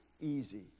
easy